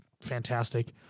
fantastic